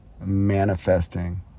manifesting